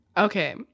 Okay